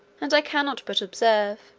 and i cannot but observe,